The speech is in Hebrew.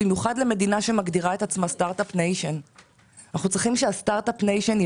במיוחד למדינה שמגדירה את עצמה כסטארט אפ ניישן.